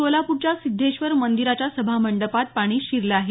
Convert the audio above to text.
सोलापूरच्या सिध्देश्वर मंदिराच्या सभामंडपात पाणी शिरलं आहे